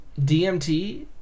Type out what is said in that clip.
DMT